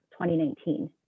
2019